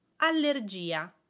allergia